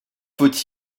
faut